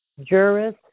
Juris